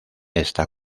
está